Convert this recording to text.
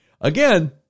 Again